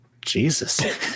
Jesus